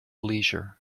leisure